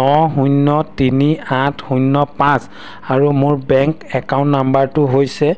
ন শূন্য তিনি আঠ শূন্য পাঁচ আৰু মোৰ বেংক একাউণ্ট নম্বৰটো হৈছে